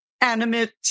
animate